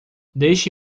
deixe